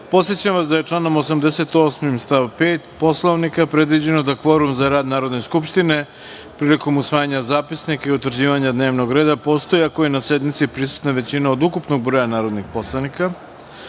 vas da je članom 88. stav 5. Poslovnika predviđeno da kvorum za rad Narodne skupštine prilikom usvajanja zapisnika i utvrđivanja dnevnog reda postoji ako je na sednici prisutna većina od ukupnog broja narodnih poslanika. Radi